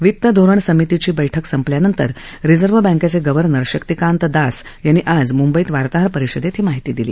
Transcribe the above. वित्तधोरण समितीची बैठक संपल्यानंतर रिझर्व्ह बँकेचे गव्हर्नर शक्तिकांत दास यांनी आज मंबईत वार्ताहरपरिषदेत ही माहिती दिली